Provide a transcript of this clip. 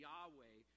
Yahweh